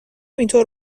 اینطور